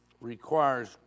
requires